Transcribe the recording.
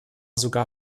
sogar